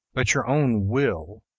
but your own will,